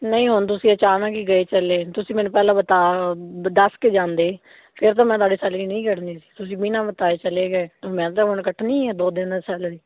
ਨਹੀਂ ਹੁਣ ਤੁਸੀਂ ਅਚਾਨਕ ਹੀ ਗਏ ਚਲੇ ਤੁਸੀਂ ਮੈਨੂੰ ਪਹਿਲਾਂ ਬਤਾ ਦੱਸ ਕੇ ਜਾਂਦੇ ਫਿਰ ਤਾਂ ਮੈਂ ਤੁਹਾਡੇ ਸੈਲਰੀ ਨਹੀਂ ਕੱਟਣੀ ਸੀ ਤੁਸੀਂ ਬਿਨਾਂ ਬਿਤਾਏ ਚਲੇ ਗਏ ਅਤੇ ਮੈਂ ਤਾਂ ਹੁਣ ਕੱਟਣੀ ਹੈ ਦੋ ਦਿਨ ਸੈਲਰੀ